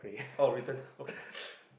oh return okay